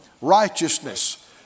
righteousness